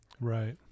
Right